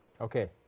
Okay